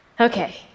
Okay